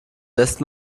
lässt